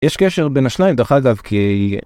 יש קשר בין השניים דרך אגב כי.